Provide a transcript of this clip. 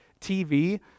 TV